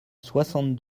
soixante